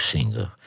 Singer